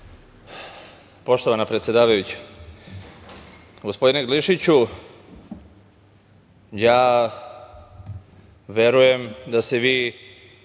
Poštovana predsedavajuća, gospodine Glišiću, verujem da se vi